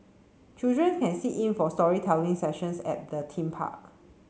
children can sit in for storytelling sessions at the theme park